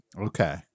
okay